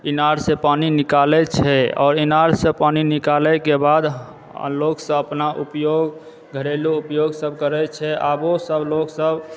इनार से पानी निकालए छै आओर इनारसंँ पानि निकालएके बाद लोकसब अपना उपयोग घरेलू उपयोग सब करए छै आबो सब लोकसब